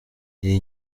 iyi